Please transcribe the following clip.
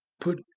Put